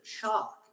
chalk